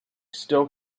still